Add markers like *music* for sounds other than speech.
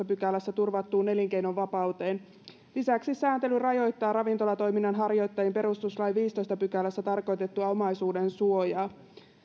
*unintelligible* pykälässä turvattuun elinkeinovapauteen lisäksi sääntely rajoittaa ravintolatoiminnan harjoittajien perustuslain viidennessätoista pykälässä tarkoitettua omaisuudensuojaa